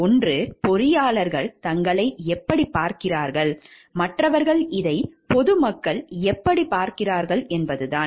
ஒன்று பொறியாளர்கள் தங்களை எப்படிப் பார்க்கிறார்கள் மற்றவர்கள் இதைப் பொது மக்கள் எப்படிப் பார்க்கிறார்கள் என்பதுதான்